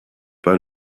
pas